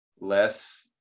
less